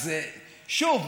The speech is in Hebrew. אז שוב,